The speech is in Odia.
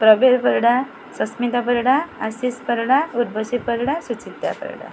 ପ୍ରବୀର ପରିଡ଼ା ସସ୍ମିତା ପରିଡ଼ା ଆଶିଷ ପରିଡ଼ା ଉର୍ବଶୀ ପରିଡ଼ା ସୁଚିତା ପରିଡ଼ା